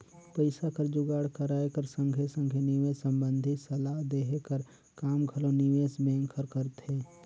पइसा कर जुगाड़ कराए कर संघे संघे निवेस संबंधी सलाव देहे कर काम घलो निवेस बेंक हर करथे